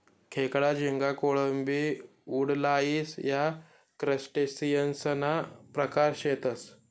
खेकडा, झिंगा, कोळंबी, वुडलाइस या क्रस्टेशियंससना प्रकार शेतसं